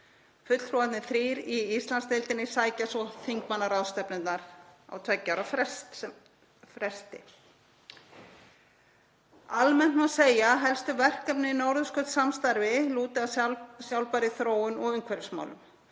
Fulltrúarnir þrír í Íslandsdeildinni sækja svo þingmannaráðstefnurnar á tveggja ára fresti. Almennt má segja að helstu verkefni í norðurskautssamstarfi lúti að sjálfbærri þróun og umhverfismálum.